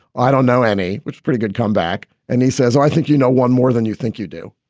i don't know any which pretty good comeback and he says, i think, you know, one more than you think you do,